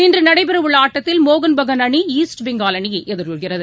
இன்றுநடைபெறவுள்ள ஆட்டத்தில் மோகன் பெஹான் அனிஈஸ்ட் பெங்கால் அணியைஎதிர்கொள்கிறது